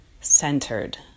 centered